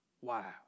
Wow